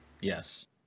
yes